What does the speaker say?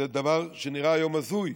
זה דבר שנראה היום הזוי.